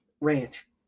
ranch